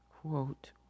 Quote